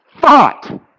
thought